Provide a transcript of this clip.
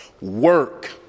Work